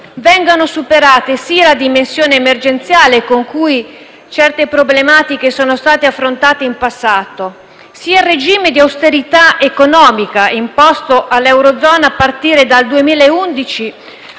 vengano superate sia la dimensione emergenziale con cui certe problematiche sono state affrontate in passato; sia il regime di austerità economica imposto all'eurozona a partire dal 2011